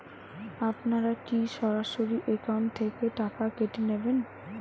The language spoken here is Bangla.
আপনারা কী সরাসরি একাউন্ট থেকে টাকা কেটে নেবেন?